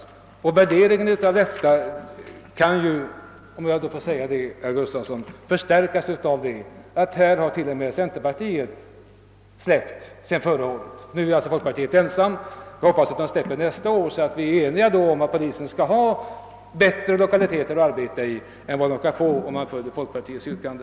Till och med centerpartiet har gått ifrån sin inställning från förra året, och folkpartiet är nu ensamt om sin ståndpunkt. Jag hoppas att folkpartiet nästa år har en annan inställning så att vi blir eniga om att polisen skall ha bättre lokaler att arbeta i än den kan få om vi bifaller folkpartiets yrkande.